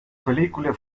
película